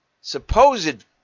supposed